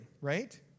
right